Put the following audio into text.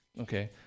okay